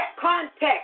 contact